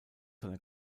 seiner